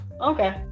okay